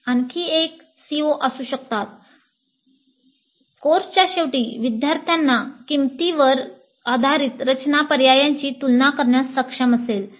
आणखी एक CO असू शकतात कोर्सच्या शेवटी विद्यार्थ्यांना किंमतीवर आधारित रचना पर्यायांची तुलना करण्यास सक्षम असेल